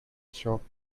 chopped